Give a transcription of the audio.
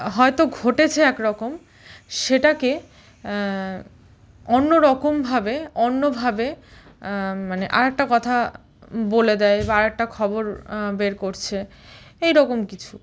হয়তো ঘটেছে এক রকম সেটাকে অন্য রকমভাবে অন্যভাবে মানে আর একটা কথা বলে দেয় বা আর একটা খবর বের করছে এই রকম কিছু